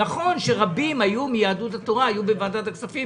נכון שרבים מיהדות התורה היו בוועדת הכספים,